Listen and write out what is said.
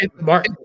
mark